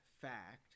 fact